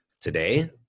today